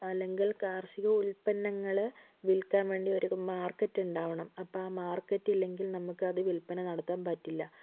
അല്ലെങ്കിൽ കാർഷിക ഉത്പ്പന്നങ്ങൾ വിൽക്കാൻ വേണ്ടി ഒരു മാർക്കറ്റ് ഉണ്ടാകണം അപ്പം ആ മാർക്കറ്റ് ഇല്ലെങ്കിൽ നമുക്ക് അത് വിൽപ്പന നടത്താൻ പറ്റില്ല